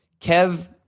Kev